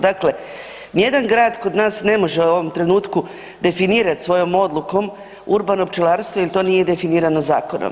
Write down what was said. Dakle, nijedan grad kod nas ne može u ovom trenutku definirat svojom odlukom urbanom pčelarstvo jer to nije definirano zakonom.